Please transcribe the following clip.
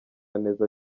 neza